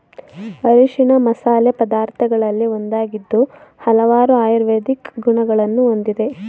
ಅರಿಶಿಣ ಮಸಾಲೆ ಪದಾರ್ಥಗಳಲ್ಲಿ ಒಂದಾಗಿದ್ದು ಹಲವಾರು ಆಯುರ್ವೇದಿಕ್ ಗುಣಗಳನ್ನು ಹೊಂದಿದೆ